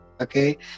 Okay